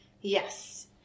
Yes